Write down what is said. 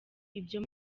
ibyo